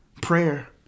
prayer